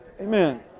Amen